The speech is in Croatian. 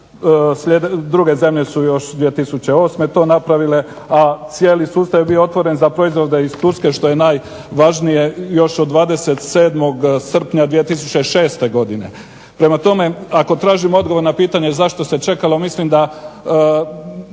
Druge zemlje su još 2008. to napravile, a cijeli sustav je bio otvoren za proizvode iz Turske što je još najvažnije još od 27. srpnja 2006. godine. Prema tome, ako tražim odgovor na pitanje zašto se čekalo, mislim da